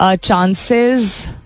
chances